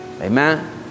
Amen